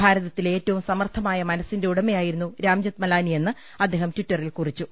ഭാരത്തിലെ ഏറ്റവും സമർഥമായ മനസ്സിന്റെ ഉടമയായിരുന്നു രാംജത്ത് മലാനി എന്ന് അദ്ദേഹം ടിറ്ററിൽ കുറിച്ചു